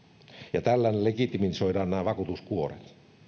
ja tällä legitimoidaan nämä vakuutuskuoret